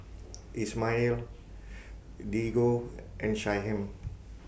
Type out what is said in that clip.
Ismael Diego and Shyheim